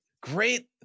Great